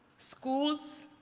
schools,